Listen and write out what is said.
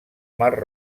mar